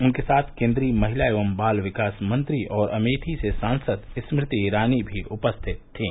उनके साथ केंद्रीय महिला एवं बाल विकास मंत्री और अमेठी से सांसद स्मृति ईरानी भी उपस्थित थीं